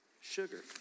sugar